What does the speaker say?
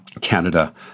Canada